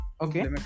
Okay